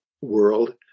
world